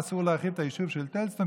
אסור להרחיב את היישוב טלז סטון,